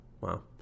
Wow